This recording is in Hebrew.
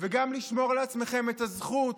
וגם לשמור לעצמכם את הזכות